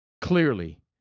Clearly